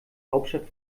hauptstadt